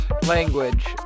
language